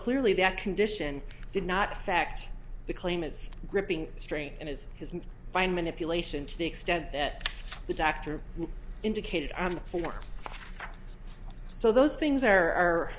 clearly that condition did not affect the claimant's gripping strength and as his fine manipulation to the extent that the doctor indicated on the form so those things are re